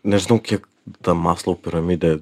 nežinau kiek ta maslovo piramidė